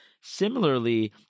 Similarly